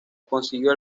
consiguió